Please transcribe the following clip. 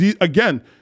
again